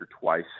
twice